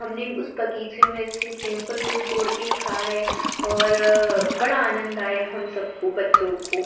हमने उस बगीचे में से सेमफल तोड़ तोड़ कर खाए और बड़ा आनंद आया हम सबको बच्चों को